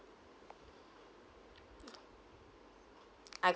I